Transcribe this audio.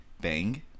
Bang